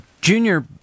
Junior